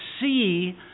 see